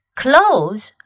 clothes